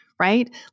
right